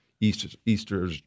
Easter –